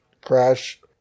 crash